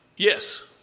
Yes